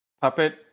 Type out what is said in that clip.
puppet